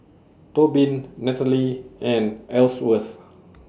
Tobin Natalie and Ellsworth